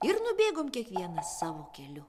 ir nubėgom kiekvienas savo keliu